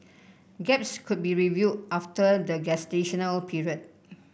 gaps could be reviewed after the gestational period